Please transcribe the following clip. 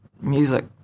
music